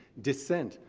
dissent,